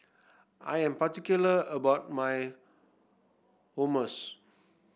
I am particular about my Hummus